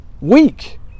weak